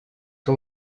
que